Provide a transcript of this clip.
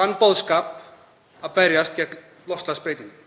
þann boðskap að berjast gegn loftslagsbreytingum.